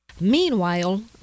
Meanwhile